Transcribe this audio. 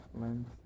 lens